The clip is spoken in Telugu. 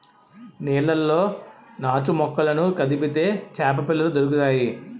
నీళ్లలో నాచుమొక్కలను కదిపితే చేపపిల్లలు దొరుకుతాయి